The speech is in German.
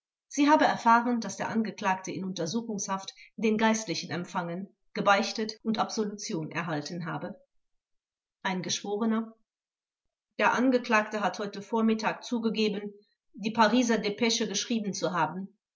sie habe erfahren daß der angeklagte in untersuchungshaft den geistlichen empfangen gebeichtet und absolution erhalten habe ein geschworener der angeklagte hat heute vormittag zugegeben die pariser depesche geschrieben zu haben